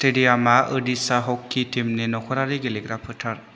स्टेडियामआ Odisha hockey टीमनि नख'रारि गेलेग्रा फोथार